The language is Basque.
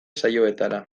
saioetara